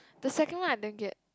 the second one I didn't get